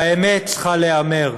והאמת צריכה להיאמר.